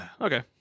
okay